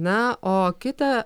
na o kitą